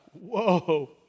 whoa